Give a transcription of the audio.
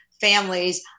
families